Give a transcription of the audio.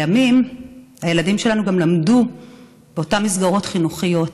לימים הילדים שלנו גם למדו באותן מסגרות חינוכיות.